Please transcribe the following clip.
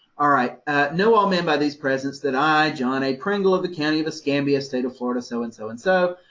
ah ah know all men by these presents, that i, john a. pringle of the county of escambia, state of florida, so and so and so,